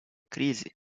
crise